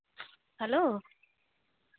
hello